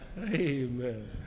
Amen